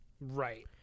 Right